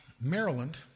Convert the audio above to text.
Maryland